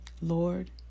Lord